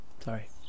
sorry